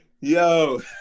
Yo